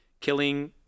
killing